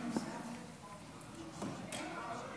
אדוני היושב-ראש,